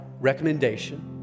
recommendation